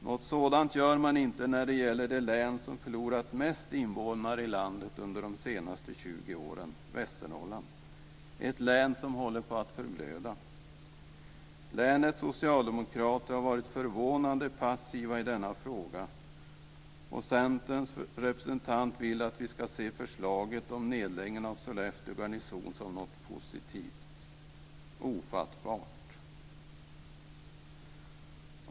Några sådana hänsyn tas inte när det gäller det län som har förlorat mest invånare i landet under de senaste 20 åren - Västernorrland - ett län som håller på att förblöda. Länets socialdemokrater har varit förvånande passiva i denna fråga, och Centerns representant vill att vi ska se förslaget om nedläggningen av Sollefteå garnison som något positivt. Ofattbart!